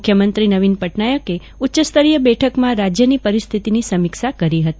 મુખ્યમંત્રી નવિન પટનાયકે ઉચ્ચસ્તરીય બેઠકમાં રાજ્યની પરિસ્થિતિની સમીક્ષા કરી હતી